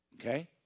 okay